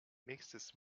nächstes